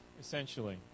essentially